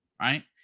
Right